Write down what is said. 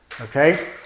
okay